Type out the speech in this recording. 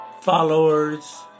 followers